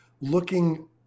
looking